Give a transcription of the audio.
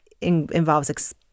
involves